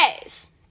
days